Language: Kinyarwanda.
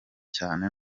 cyane